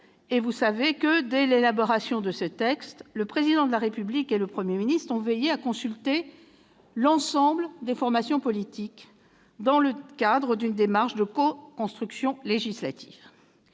: vous savez que, dès l'élaboration de ce texte, le Président de la République et le Premier ministre ont veillé à consulter l'ensemble des formations politiques dans le cadre d'une démarche de coconstruction législative.